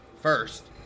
first